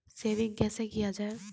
Saving कैसै किया जाय?